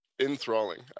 enthralling